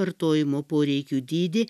vartojimo poreikių dydį